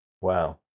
Wow